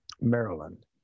Maryland